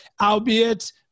albeit